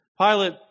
Pilate